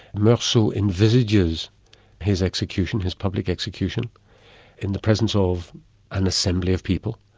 merceau envisages his execution, his public execution in the presence of an assembly of people.